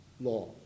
law